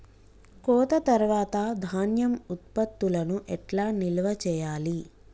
కోత తర్వాత ధాన్యం ఉత్పత్తులను ఎట్లా నిల్వ చేయాలి?